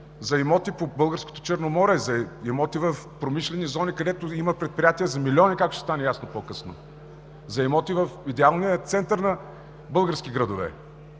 за имоти по Българското Черноморие; за имоти в промишлени зони, където има предприятия за милиони, както ще стане ясно по-късно; за имоти в идеалния център на български градове.